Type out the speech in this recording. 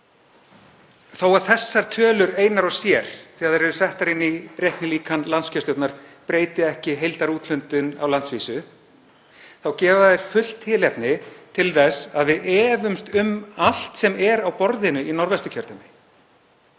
Þó að þessar tölur einar og sér, þegar þær eru settar inn í reiknilíkan landskjörstjórnar, breyti ekki heildarúthlutun á landsvísu þá gefa þær fullt tilefni til þess að við efumst um allt sem er á borðinu í Norðvesturkjördæmi.